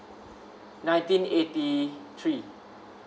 nineteen eighty three